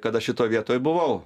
kad aš šitoj vietoj buvau